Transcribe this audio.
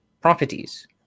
properties